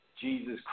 Jesus